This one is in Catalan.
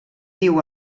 diu